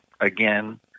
again